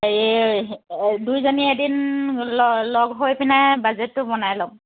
এই দুইজনী এদিন লগ লগ হৈ পিনোই বাজেটটো বনাই ল'ম